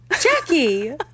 Jackie